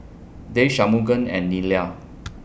Dev Shunmugam and Neila